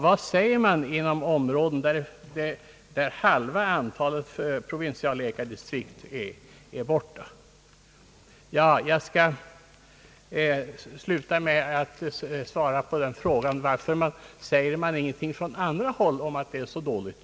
Vad anser man i områden där halva antalet provinsialläkardistrikt saknar läkare? Jag skall sluta med att svara på herr Söderbergs fråga: Varför säger man ingenting från andra håll om att det är så dåligt?